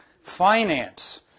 Finance